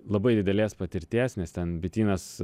labai didelės patirties nes ten bitynas